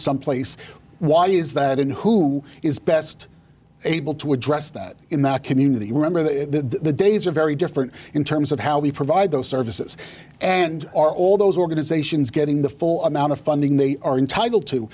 someplace why is that in who is best able to address that in the community remember the days are very different in terms of how we provide those services and are all those organizations getting the full amount of funding they are entitled to